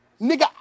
Nigga